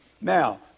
now